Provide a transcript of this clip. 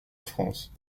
france